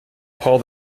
paul